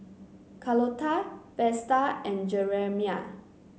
Carlotta Vesta and Jeremiah